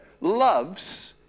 loves